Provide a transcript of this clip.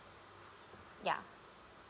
ya